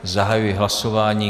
Zahajuji hlasování.